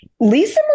lisa